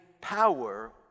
power